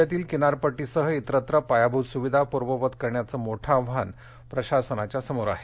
राज्यातील किनारपट्टीसह इतरत्र पायाभूत सुविधा पूर्ववत करण्याचं मोठं आव्हान प्रशासनासमोर आहे